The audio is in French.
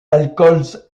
alcools